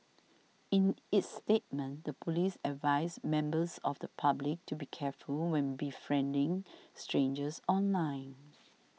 in its statement the police advised members of the public to be careful when befriending strangers online